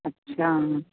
अच्छा